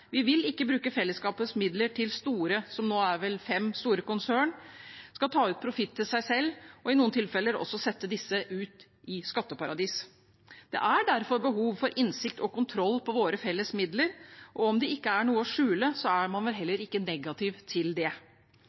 vi vil ikke bruke fellesskapets midler til at det som nå vel er fem store konserner, skal ta ut profitt til seg selv og i noen tilfeller sette disse ut i skatteparadis. Det er derfor behov for innsikt i og kontroll med våre felles midler, og om det ikke er noe å skjule, er man vel heller ikke negativ til det.